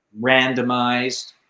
randomized